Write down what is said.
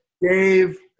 Dave